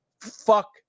fuck